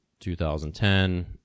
2010